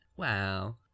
Wow